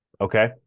Okay